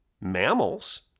mammals